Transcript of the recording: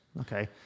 okay